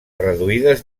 reduïdes